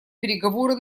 переговоры